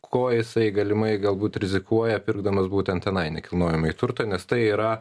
ko jisai galimai galbūt rizikuoja pirkdamas būtent tenai nekilnojamąjį turtą nes tai yra